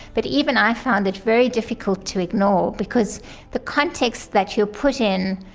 but even i found it very difficult to ignore, because the context that you put in,